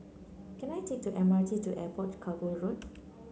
can I take the M R T to Airport Cargo Road